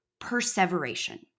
Perseveration